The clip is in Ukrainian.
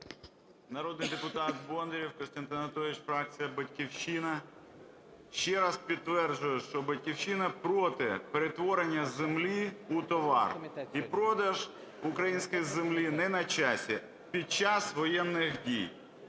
Народний депутат Бондарєв Костянтин Анатолійович, фракція "Батьківщина". Ще раз підтверджую, що "Батьківщина" проти перетворення землі у товар, і продаж української землі не на часі під час воєнних дій.